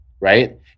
right